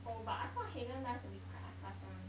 oh but I thought Haagen Dazs would be quite atas [one]